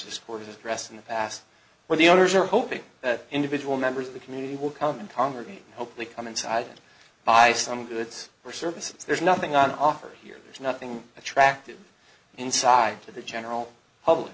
is for distress in the past where the owners are hoping that individual members of the community will come and congregate hopefully come inside and buy some goods or services there's nothing on offer here there's nothing attractive inside to the general public